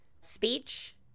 speech